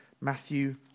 Matthew